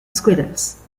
squirrels